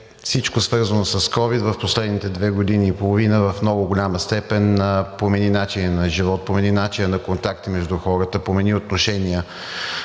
всичко свързано с ковид в последните две години и половина в много голяма степен промени начина ни на живот, промени начина на контакти между хората, промени отношения.